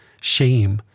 shame